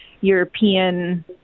European